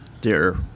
dear